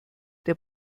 der